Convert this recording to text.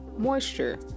moisture